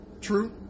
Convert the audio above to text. true